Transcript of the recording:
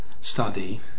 study